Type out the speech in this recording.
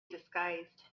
disguised